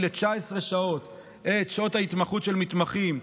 ל-19 שעות את שעות ההתמחות של מתמחים,